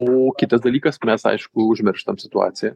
o kitas dalykas mes aišku užmirštam situaciją